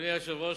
אדוני היושב-ראש,